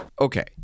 Okay